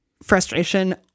frustration